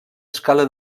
escala